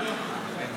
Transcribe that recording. חברת